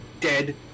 dead